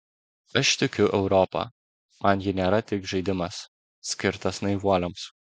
aš tikiu europa man ji nėra tik žaidimas skirtas naivuoliams